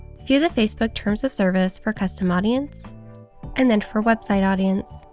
view the facebook terms of service for custom audience and then for website audience.